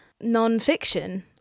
non-fiction